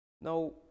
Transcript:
Now